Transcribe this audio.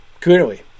Clearly